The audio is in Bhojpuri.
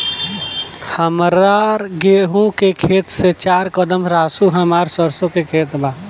हमार गेहू के खेत से चार कदम रासु हमार सरसों के खेत बा